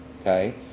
Okay